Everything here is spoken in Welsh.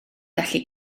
gallu